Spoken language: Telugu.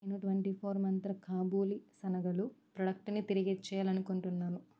నేను ట్వెంటీ ఫోర్ మంత్ర కాబులి శనగలు ప్రాడక్టుని తిరిగిచ్చేయాలనుకుంటున్నాను